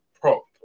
prop